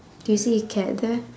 do you see a cat there